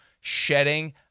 shedding